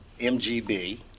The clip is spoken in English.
MGB